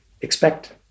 expect